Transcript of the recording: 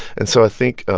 and so i think,